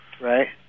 Right